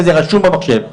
וזה רשום במחשב.